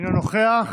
אומר לכם: